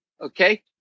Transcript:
Okay